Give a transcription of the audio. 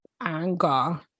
anger